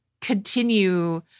continue